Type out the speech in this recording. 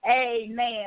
Amen